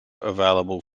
available